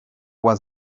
was